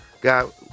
God